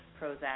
Prozac